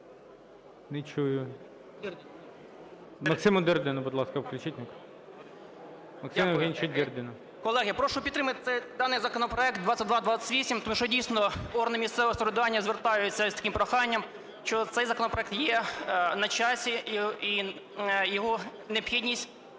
Не чую. Максиму Дирдіну, будь ласка, включіть мікрофон. Максиму Євгеновичу Дирдіну. 11:13:58 ДИРДІН М.Є. Колеги, прошу підтримати даний законопроект 2228, тому що, дійсно, органи місцевого самоврядування звертаються з таким проханням, що цей законопроект є на часі і його необхідність